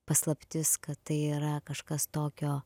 paslaptis kad tai yra kažkas tokio